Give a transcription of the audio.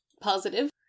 positive